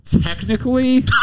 technically